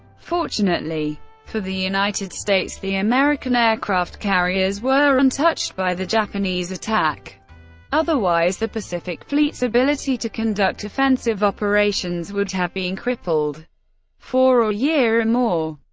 fortunately for the united states, the american aircraft carriers were untouched by the japanese attack otherwise the pacific fleet's ability to conduct offensive operations would have been crippled for a year or more.